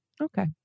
Okay